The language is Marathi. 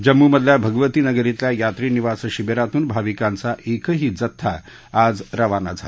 ज़म्मू मधल्या भगवती नगर क़िल्या यात्री निवास शिबिरातून भाविकांचा एकही जत्था आज रवाना झालसी नाही